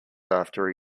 after